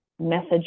message